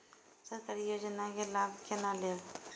सरकारी योजना के लाभ केना लेब?